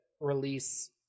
release